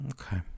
Okay